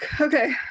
Okay